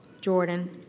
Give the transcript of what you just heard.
Jordan